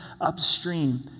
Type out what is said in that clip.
upstream